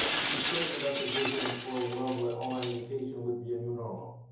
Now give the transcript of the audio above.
you shared with us a vision for a world where online education would be a new normal.